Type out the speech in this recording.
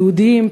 סיעודיים,